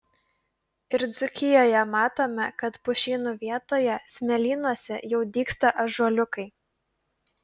ir dzūkijoje matome kad pušynų vietoje smėlynuose jau dygsta ąžuoliukai